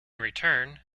return